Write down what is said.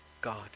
God